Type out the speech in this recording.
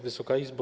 Wysoka Izbo!